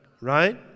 right